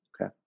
okay